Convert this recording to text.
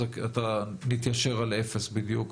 אז נתיישר על אפס בדיוק,